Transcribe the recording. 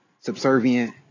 subservient